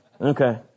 Okay